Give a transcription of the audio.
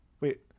Wait